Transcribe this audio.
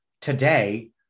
today